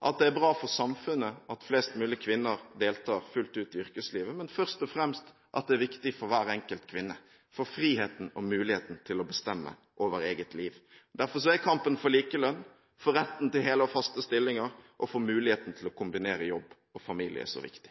at det er bra for samfunnet at flest mulig kvinner deltar fullt ut i yrkeslivet, men først og fremst om at det er viktig for hver enkelt kvinne, for friheten og muligheten til å bestemme over eget liv. Derfor er kampen for likelønn, for retten til hele og faste stillinger og for muligheten til å kombinere jobb og familie så viktig.